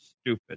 stupid